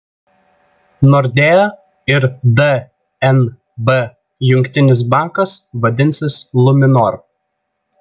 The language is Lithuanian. nordea ir dnb jungtinis bankas vadinsis luminor